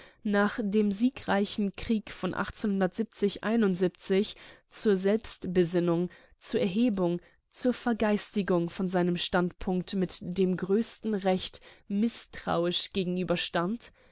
nach dem siegreichen krieg von zur selbstbesinnung zur erhebung zur vergeistigung von seinem standpunkt mit dem größten recht mißtrauisch